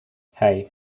hey